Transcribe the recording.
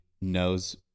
knows